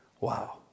Wow